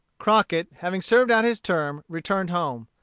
crockett, having served out his term, returned home.